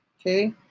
Okay